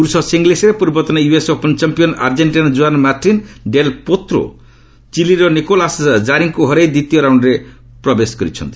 ପୁରୁଷ ସିଙ୍ଗଲ୍ସରେ ପୂର୍ବତନ ୟୁଏସ୍ ଓପନ୍ ଚାମ୍ପିୟାନ୍ ଆର୍ଜେକ୍ଟିନାର ଜୁଆନ୍ ମାର୍ଟିନ୍ ଡେଲ୍ ପୋତ୍ରୋ ଚିଲିର ନିକୋଲାସ୍ ଜାରିଙ୍କୁ ହରାଇ ଦ୍ୱିତୀୟ ରାଉଣ୍ଡ୍ରେ ପ୍ରବେଶ କରିଛନ୍ତି